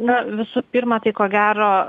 na visų pirma tai ko gero